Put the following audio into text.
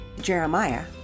Jeremiah